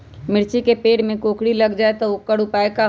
मिर्ची के पेड़ में कोकरी लग जाये त वोकर उपाय का होई?